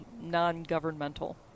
non-governmental